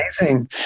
amazing